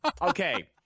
okay